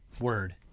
word